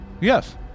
Yes